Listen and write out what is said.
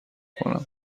کنم